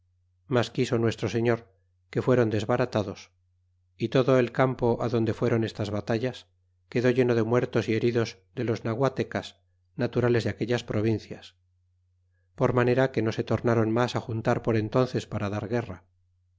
mas quiso nuestro señor que fueron desbaratados y todo el campo adonde fue on estas batallas quedó lleno de muertos y heridos de los naguatecas naturales de aquellas provincias por manera que no se tornron mas juntar por entnces para dar guerra